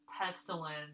Pestilence